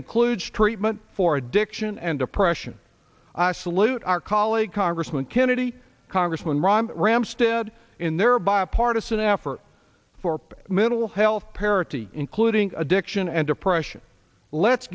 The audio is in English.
includes treatment for addiction and depression i salute our colleague congressman kennedy congressman rahm rahm stead in their bipartisan effort for mental health parity including addiction and depression let's